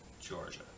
Georgia